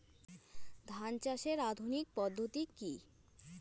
ধান চাষের আধুনিক পদ্ধতি কি?